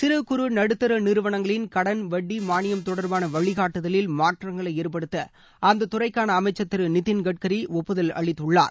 சிறு குறு நடுத்தர நிறுவனங்களின் கடன் வட்டி மானியம் தொடர்பான வழிகாட்டுதலில் மாற்றங்களை ஏற்படுத்த அந்த துறைக்கான அமைச்சர் திரு நிதின் கட்கரி ஒப்புதல் அளித்துள்ளார்